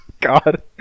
God